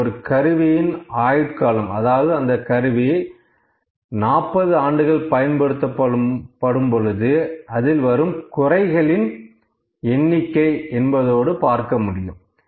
இதை ஒரு கருவியின் ஆயுட்காலம்அதாவது அந்தக் கருவி 40 ஆண்டுகள் பயன்படுத்தப்படும் பொழுது அதில் வரும் குறைகளின் எண்ணிக்கை என்பதோடு பார்க்க முடியும்